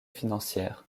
financière